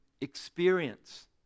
experience